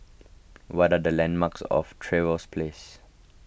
what are the landmarks of Trevose Place